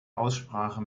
aussprache